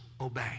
obey